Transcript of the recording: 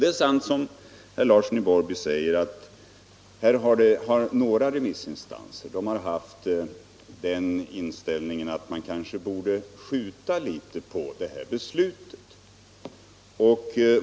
Det är riktigt som herr Larsson i Borrby säger att några remissinstanser har haft den inställningen, att man kanske borde skjuta litet på beslutet.